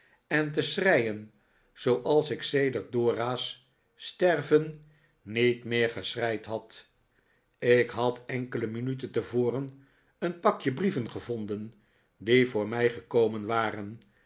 en te schreien zooals ik sedert dora's sterven niet meer geschreid had ik had enkele minuten tevoren een pakje brieven gevonden die voor mij gekomen waren